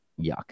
yuck